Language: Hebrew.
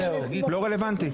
לא רלוונטי,